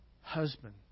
husband